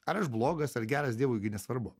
ar aš blogas ar geras dievui nesvarbu